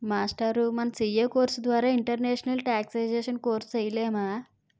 మాస్టారూ మన CA course ద్వారా ఇంటర్నేషనల్ టేక్సేషన్ కోర్సు సేయలేమా